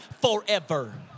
forever